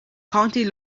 counting